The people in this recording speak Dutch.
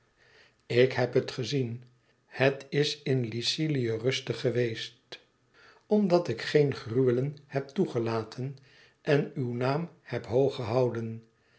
ik heb het gezien het is in lycilië rustig geweest omdat ik geen gruwelen heb toegelaten en uw naam heb hoog gehouden